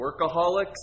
workaholics